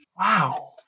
Wow